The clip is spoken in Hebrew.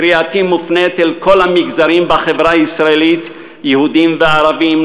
קריאתי מופנית אל כל המגזרים בחברה הישראלית: יהודים וערבים,